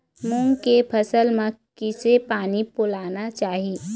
मूंग के फसल म किसे पानी पलोना चाही?